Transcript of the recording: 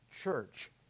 church